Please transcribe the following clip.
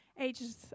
ages